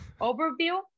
overview